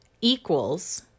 equals